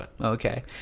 Okay